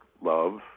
love